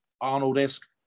Arnold-esque